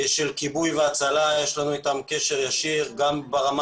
של כיבוי והצלה שיש לנו אתם קשר ישיר גם ברמה